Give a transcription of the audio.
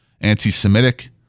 anti-Semitic